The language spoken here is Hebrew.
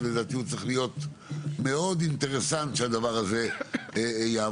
שלדעתי צריך להיות מאוד אינטרסנט שהדבר הזה יעבוד,